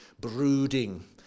brooding